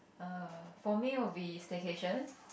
err for me will be staycation